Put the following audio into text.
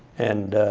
and